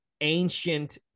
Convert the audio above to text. ancient